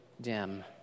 dim